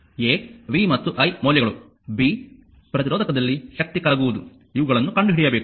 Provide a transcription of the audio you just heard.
v ಮತ್ತು i ಮೌಲ್ಯಗಳು ಪ್ರತಿ ಪ್ರತಿರೋಧಕದಲ್ಲಿ ಶಕ್ತಿ ಕರಗುವುದು ಇವುಗಳನ್ನು ಕಂಡುಹಿಡಿಯಬೇಕು